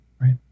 right